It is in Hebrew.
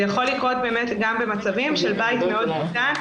זה יכול לקרות במצבים של בית מאוד קטן,